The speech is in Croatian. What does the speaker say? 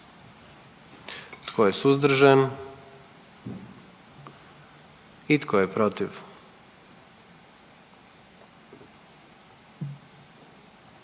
Tko je suzdržan? I tko je protiv?